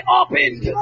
opened